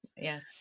yes